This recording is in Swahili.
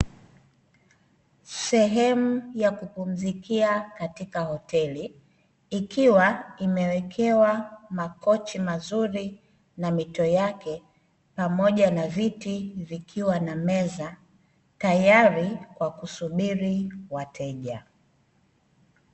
Sehemu ya kupumzikia katika hoteli, ikiwa imewekewa makochi mazuri na miito yake, pamoja na viti vikiwa na meza tayari kwa kusubiri wateja.